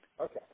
Okay